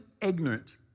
ignorant